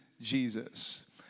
Jesus